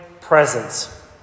presence